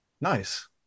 Nice